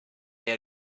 they